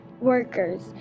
workers